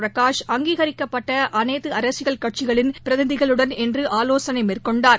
பிரகாஷ் அங்கீகிக்கப்பட்ட அனைத்து அரசியல் கட்சிகளின் பிரதிநிதிகளுடன் இன்று ஆலோசனை மேற்கொண்டார்